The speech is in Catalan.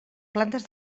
plantes